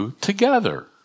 Together